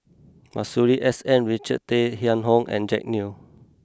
Masuri S N Richard Tay Tian Hoe and Jack Neo